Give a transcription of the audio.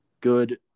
good